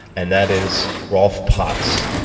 and that is rolf potts.